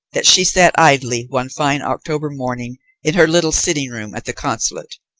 that she sat idly one fine october morning in her little sitting-room at the consulate.